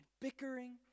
bickering